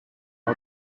out